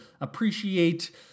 appreciate